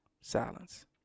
Silence